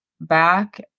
back